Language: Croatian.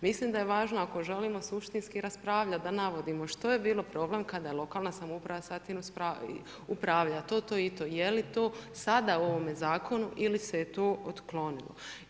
Mislim da je važno ako želimo suštinski raspravljati da navodimo što je bilo problem kada je lokalna samouprava s tim upravljala to, to i to, jeli to sada u ovome zakonu ili se je to otklonilo.